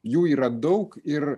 jų yra daug ir